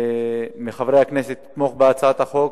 מחברי הכנסת לתמוך בהצעת החוק.